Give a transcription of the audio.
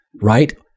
Right